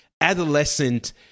adolescent